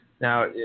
Now